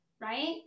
right